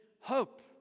hope